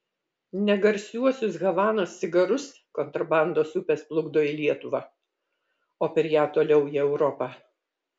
ne garsiuosius havanos cigarus kontrabandos upės plukdo į lietuvą o per ją toliau į europą